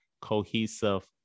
cohesive